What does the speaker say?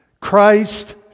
Christ